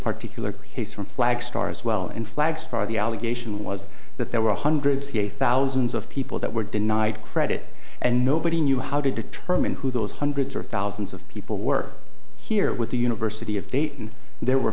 particularly case from flag star as well and flags for the allegation was that there were hundreds of thousands of people that were denied credit and nobody knew how to determine who those hundreds of thousands of people were here with the university of dayton and there were